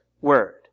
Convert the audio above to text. word